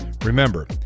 Remember